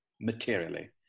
materially